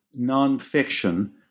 nonfiction